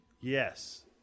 Yes